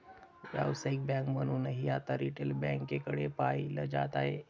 व्यावसायिक बँक म्हणूनही आता रिटेल बँकेकडे पाहिलं जात आहे